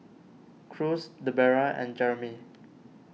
Cruz Debera and Jeremie